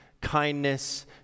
kindness